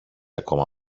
ακόμα